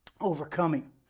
overcoming